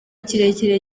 kirekire